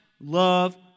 love